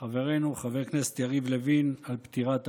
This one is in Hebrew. חברנו חבר הכנסת יריב לוין, על פטירת אביו.